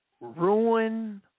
ruin